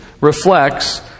reflects